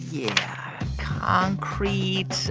yeah concrete,